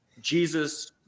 Jesus